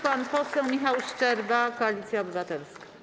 Pan poseł Michał Szczerba, Koalicja Obywatelska.